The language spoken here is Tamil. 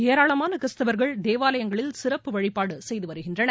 ஏராளமான கிறிஸ்தவர்கள் தேவாலயங்களில் சிறப்பு வழிபாடு செய்து வருகின்றனர்